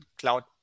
Cloud